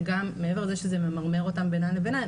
וגם מעבר לזה שזה ממרמר אותן בינה לבינה,